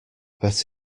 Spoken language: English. bet